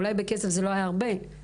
אולי בכסף זה לא היה הרבה בתקציב,